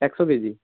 একশো কেজি